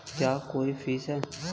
क्या कोई फीस है?